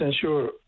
sure